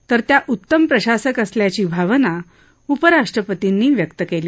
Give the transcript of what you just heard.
तर त्या उत्तम प्रशासक असल्याची भावना उपराष्ट्रपतींनी व्यक्त केली